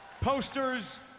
posters